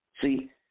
See